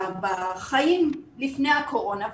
בחיים לפני הקורונה,